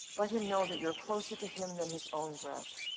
let him know that you're closer to him than his own breath.